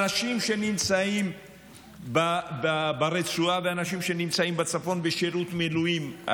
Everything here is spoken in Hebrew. אנשים שנמצאים ברצועה ואנשים שנמצאים בצפון בשירות מילואים,